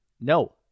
No